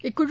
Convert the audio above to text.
இக்குழு